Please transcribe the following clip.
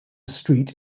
street